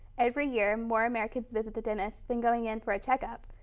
every year more americans visit the dentist than going in for a check up.